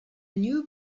new